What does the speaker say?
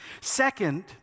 Second